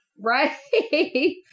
Right